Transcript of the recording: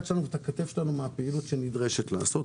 שלנו ואת הכתף שלנו מן הפעילות שנדרש לעשות,